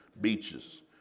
beaches